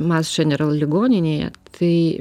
mas dženeral ligoninėje tai